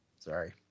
Sorry